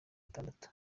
gatandatu